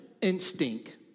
instinct